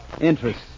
Interest